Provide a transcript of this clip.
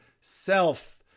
self